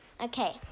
Okay